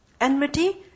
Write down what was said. Enmity